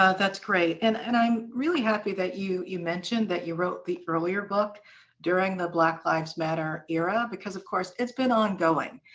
ah that's great. and and i'm really happy that you you mentioned that you wrote the earlier book during the black lives matter era, because of course, it's been ongoing.